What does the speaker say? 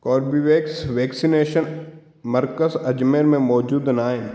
Corbevax vaccination मर्कज़ अजमेर में मौजूदु न आहिनि